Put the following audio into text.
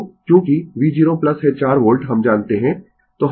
तो चूँकि v0 है 4 वोल्ट हम जानते है